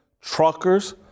truckers